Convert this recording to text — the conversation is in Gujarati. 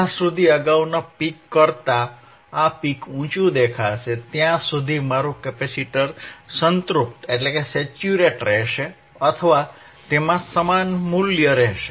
જ્યાં સુધી અગાઉના પિક કરતાં આ પિક ઉચું દેખાશે ત્યાં સુધી મારું કેપેસિટર સંતૃપ્ત રહેશે અથવા તેમાં સમાન વોલ્ટેજ હશે